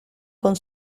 con